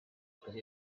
because